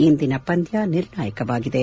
ಇಂದಿನ ಪಂದ್ಯ ನಿರ್ಣಾಯಕವಾಗಿದ್ದು